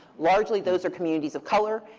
largely, those are communities of color,